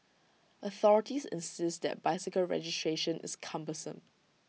authorities insist that bicycle registration is cumbersome